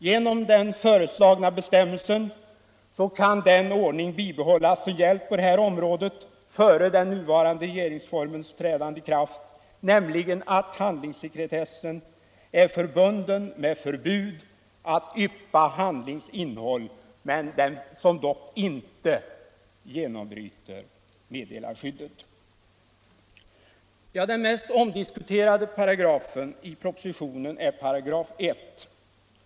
Genom den föreslagna bestämmelsen kan den ordning bibehållas som gällt på det här området före den nuvarande regeringsformens ikraftträdande, nämligen att handlingssekretessen är förbunden med förbud att yppa handlings innehåll, som dock inte genombryter meddelarskyddet. Den mest omdiskuterade paragrafen i lagförslaget är I §.